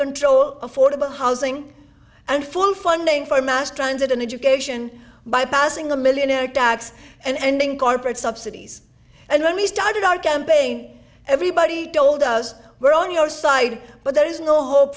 control affordable housing and full funding for mass transit and education by passing a millionaire tax and ending corporate subsidies and when we started our campaign everybody told us we're on your side but there is no hope